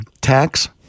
tax